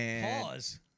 Pause